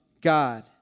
God